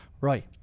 right